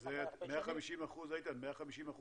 זה 150%